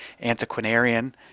antiquarian